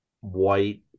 white